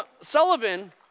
Sullivan